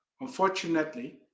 Unfortunately